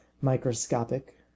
microscopic